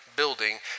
building